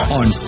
on